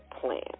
plan